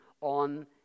on